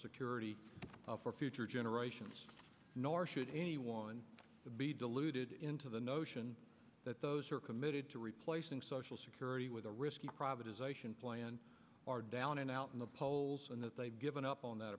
security for future generations nor should anyone be deluded into the notion that those who are committed to replacing social security with a risky privatization plan are down and out in the polls and that they've given up on that